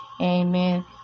Amen